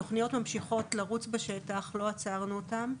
התוכניות ממשיכות לרוץ בשטח, לא עצרנו אותן,